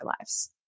lives